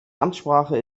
amtssprache